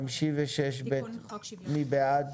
סעיף 56 ב', מי בעד?